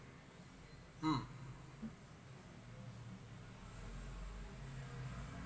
mm